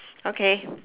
okay